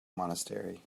monastery